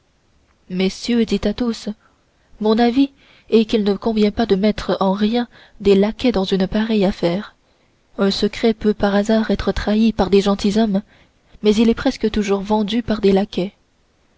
messieurs dit athos mon avis est qu'il ne convient pas de mettre en rien des laquais dans une pareille affaire un secret peut par hasard être trahi par des gentilshommes mais il est presque toujours vendu par des laquais